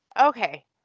Okay